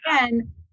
again